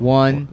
one